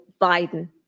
Biden